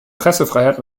pressefreiheit